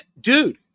Dude